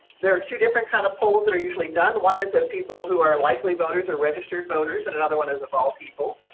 there are two different kind of polls that are usually done. one is that people who are likely voters are registered voters and another one is, of all people,